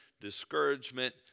discouragement